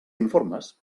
informes